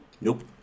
Nope